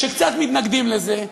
שקצת מתנגדים לזה,